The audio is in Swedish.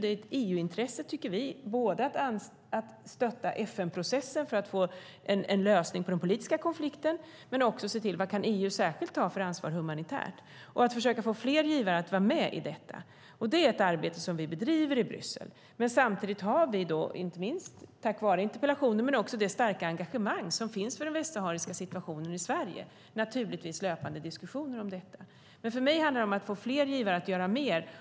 Det är ett EU-intresse att stötta FN-processen för att få en lösning på den politiska konflikten och se till vilket ansvar EU kan ta humanitärt. Det gäller att försöka få fler givare att vara med i detta. Det är ett arbete som vi bedriver i Bryssel. Inte minst tack vare interpellationen och det starka engagemang som finns för den västsahariska situationen i Sverige har vi naturligtvis löpande diskussioner i frågan. För mig handlar det om att få fler givare att göra mer.